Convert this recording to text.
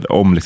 om